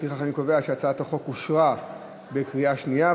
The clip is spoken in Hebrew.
לפיכך, אני קובע שהצעת החוק אושרה בקריאה שנייה.